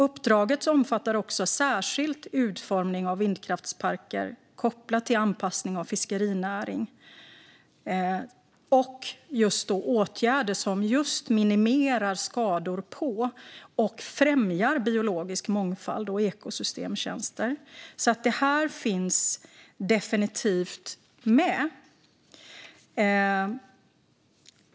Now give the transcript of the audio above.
Uppdraget omfattar också särskilt utformning av vindkraftsparker kopplat till anpassning av fiskerinäring och åtgärder som minimerar skador på och främjar biologisk mångfald och ekosystemtjänster. Detta finns alltså definitivt med.